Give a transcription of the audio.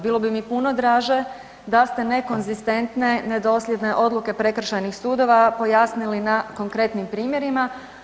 Bilo bi mi puno draže da ste nekonzistentne i nedosljedne odluke prekršajnih sudova pojasnili na konkretnim primjerima.